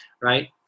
right